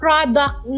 Product